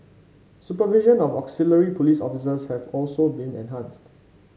supervision of auxiliary police officers have also been enhanced